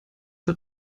der